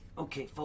Okay